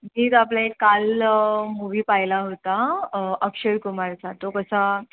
मी तर आपला एक काल मूव्ही पाहिला होता अक्षय कुमारचा तो कसा